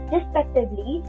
Respectively